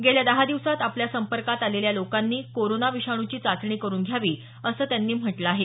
गेल्या दहा दिवसात आपल्या संपर्कात आलेल्या लोकांनी कोरोना विषाणूची चाचणी करुन घ्यावी असं त्यांनी म्हटलं आहे